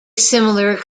similar